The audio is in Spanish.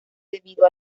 debido